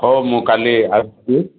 ହଉ ମୁଁ କାଲି ଆସୁଛି